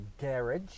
garage